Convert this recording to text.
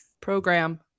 program